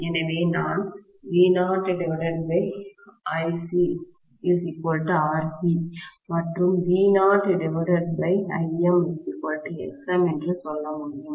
எனவே நான் V0IcRc மற்றும் V0ImXm என்று சொல்ல முடியும்